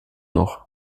noch